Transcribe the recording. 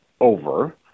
over